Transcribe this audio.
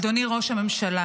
אדוני ראש הממשלה,